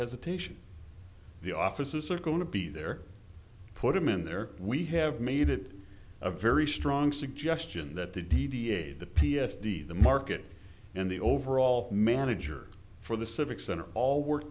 hesitation the offices are going to be there put them in there we have made it a very strong suggestion that the d d a the p s t the market and the overall manager for the civic center all work